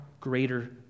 greater